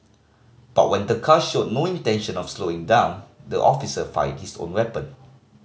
but when the car showed no intention of slowing down the officer fired his own weapon